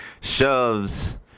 shoves